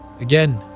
Again